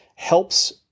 helps